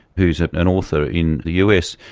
who's an author in the us,